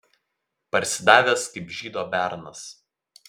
parsidavęs kaip žydo bernas